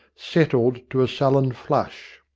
settled to a sullen flush.